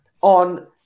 on